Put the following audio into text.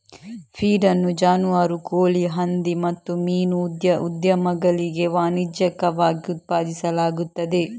feed ಅನ್ನು ಜಾನುವಾರು, ಕೋಳಿ, ಹಂದಿ ಮತ್ತು ಮೀನು ಉದ್ಯಮಗಳಿಗೆ ವಾಣಿಜ್ಯಿಕವಾಗಿ ಉತ್ಪಾದಿಸಲಾಗುತ್ತದೆ